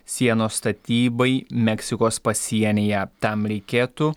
sienos statybai meksikos pasienyje tam reikėtų